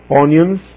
onions